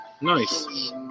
Nice